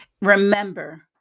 Remember